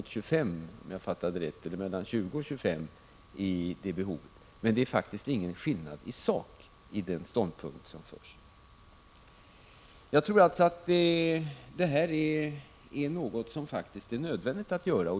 I motionen föreslås inte lika mycket, men den ståndpunkt som förs fram innebär faktiskt ingen skillnad i sak. Jag tror att den föreslagna åtgärden faktiskt är nödvändigt.